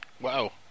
Wow